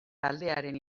taldearen